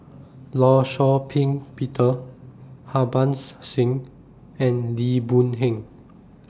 law Shau Ping Peter Harbans Singh and Lim Boon Heng